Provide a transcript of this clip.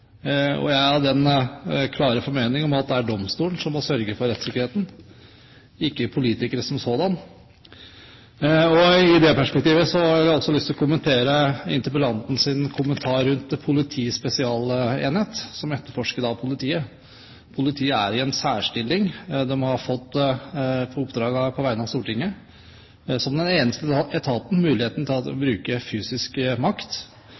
Og jeg er av den klare formening at det er domstolen som må sørge for rettssikkerheten, ikke politikere som sådanne. I det perspektivet har jeg også lyst til å kommentere interpellantens kommentar rundt politiets spesialenhet, som etterforsker politiet. Politiet er i en særstilling. De har på vegne av Stortinget som den eneste etaten fått muligheten til å bruke fysisk makt.